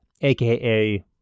aka